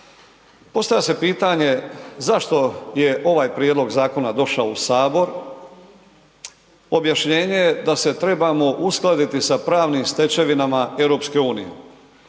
Postavlja se pitanje zašto je ovaj prijedlog zakona došao u Sabor. Objašnjenje da se trebamo uskladiti sa pravnim stečevinama EU.